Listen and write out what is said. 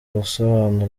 gusobanura